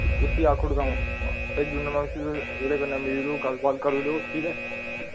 उस्सी आक्खी ओड़गा अ'ऊं भेज्जू ना में उस्सी ओह्दे कन्नै मिली लैओ गल्ल बात करी लैओ ठीक ऐ